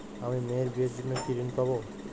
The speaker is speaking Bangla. আমি মেয়ের বিয়ের জন্য কি ঋণ পাবো?